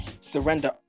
Surrender